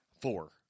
Four